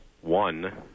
One